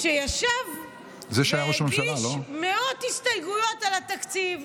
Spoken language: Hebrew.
שישב והגיש מאות הסתייגויות על התקציב.